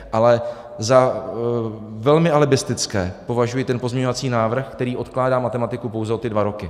Ale za velmi alibistický považuji ten pozměňovací návrh, který odkládá matematiku pouze o ty dva roky.